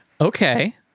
Okay